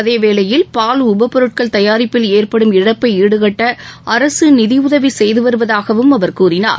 அதேவேளையில் பால் உப பொருட்கள் தயாரிப்பில் ஏற்படும் இழப்பை ஈடுகட்ட அரசு நிதியுதவி செய்து வருவதாகவும் அவர் கூறினார்